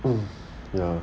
oh ya